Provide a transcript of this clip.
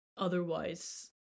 otherwise